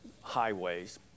highways